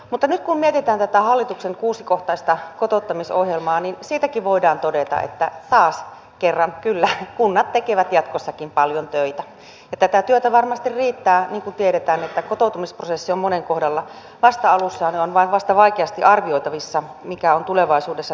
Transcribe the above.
mutta nyt kun mietitään tätä hallituksen kuusikohtaista kotouttamisohjelmaa niin siitäkin voidaan todeta että taas kerran kyllä kunnat tekevät jatkossakin paljon töitä ja tätä työtä varmasti riittää niin kuin tiedetään että kotoutumisprosessi on monen kohdalla vasta alussa ja on vielä vaikeasti arvioitavissa mikä on tulevaisuudessa turvapaikanhakijoiden tilanne